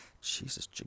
Jesus